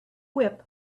whip